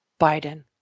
Biden